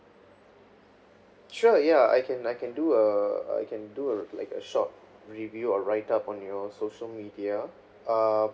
sure ya I can I can do a I can do a like a short review or write up on your social media err